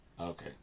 Okay